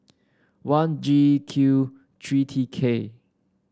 one G Q three T K